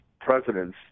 presidents